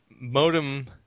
modem